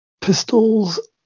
pistols